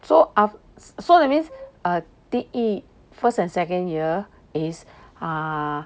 so ah so that means err 第一 first and second year is uh